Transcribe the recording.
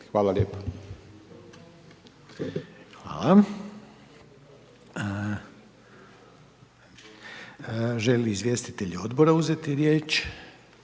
Hvala. Želi li izvjestitelj odbora uzeti riječ?